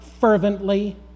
fervently